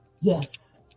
Yes